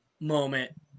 moment